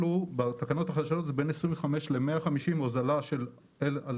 הוא בתקנות החדשות זה בין 25 ל-150 הוזלה על 1,960,